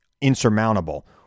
insurmountable